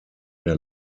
der